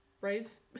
raise